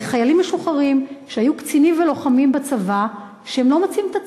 חיילים משוחררים שהיו קצינים ולוחמים בצבא והם לא מוצאים את עצמם.